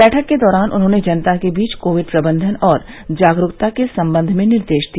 बैठक के दौरान उन्होंने जनता के बीच कोविड प्रबंधन और जागरूकता के संबंध में निर्देश दिया